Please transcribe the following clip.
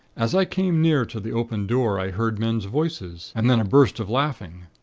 as i came near to the open door, i heard men's voices, and then a burst of laughing.